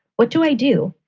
what do i do?